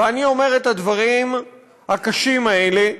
ואני אומר את הדברים הקשים האלה באחריות.